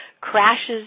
crashes